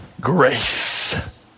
Grace